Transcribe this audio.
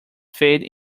fade